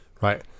right